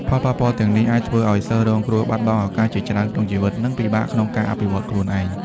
ផលប៉ះពាល់ទាំងនេះអាចធ្វើឲ្យសិស្សរងគ្រោះបាត់បង់ឱកាសជាច្រើនក្នុងជីវិត និងពិបាកក្នុងការអភិវឌ្ឍខ្លួនឯង។